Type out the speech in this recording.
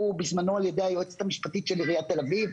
בזמנו על ידי היועצת המשפטית של עיריית תל אביב.